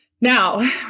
Now